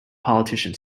politician